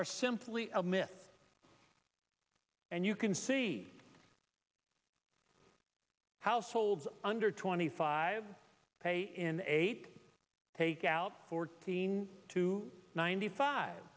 are simply a myth and you can see households under twenty five pay in eight take out fourteen to ninety five